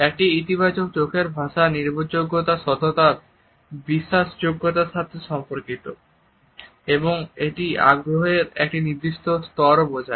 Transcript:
একটি ইতিবাচক চোখের ভাষা নির্ভরযোগ্যতা সততা বিশ্বাসযোগ্যতার সাথে সম্পর্কিত এবং এটি আগ্রহের একটি নির্দিষ্ট স্তরও বোঝায়